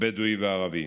הבדואי והערבי.